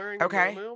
Okay